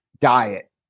diet